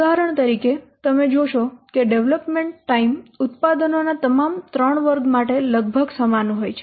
ઉદાહરણ તરીકે તમે જોશો કે ડેવલપમેન્ટ ટાઈમ ઉત્પાદનોના તમામ 3 વર્ગ માટે લગભગ સમાન હોય છે